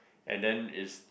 and then is